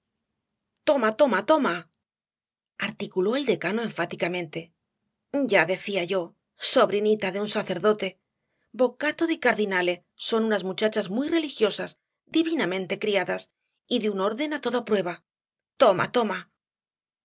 toma toma toma articuló el decano enfáticamente ya decía yo sobrinita de un sacerdote boccato di cardinale son unas muchachas muy religiosas divinamente criadas y de un orden á toda prueba toma toma